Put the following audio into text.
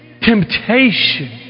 temptation